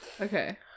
okay